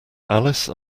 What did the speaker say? alice